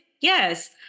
Yes